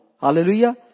Hallelujah